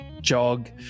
jog